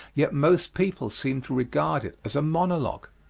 yet most people seem to regard it as a monologue.